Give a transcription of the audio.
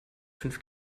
fünf